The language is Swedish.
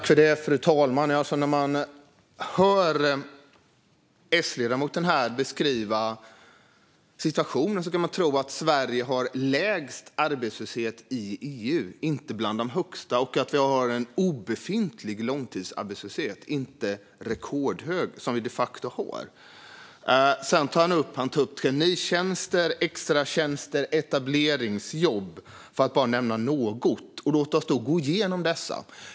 Fru talman! När man hör S-ledamoten beskriva situationen kan man tro att Sverige har lägst arbetslöshet i EU, inte bland de högsta, och att vi har en obefintlig långtidsarbetslöshet, inte rekordhög, som vi de facto har. Ledamoten tog också upp traineetjänster, extratjänster och etableringsjobb, för att bara nämna några. Låt oss gå igenom dessa.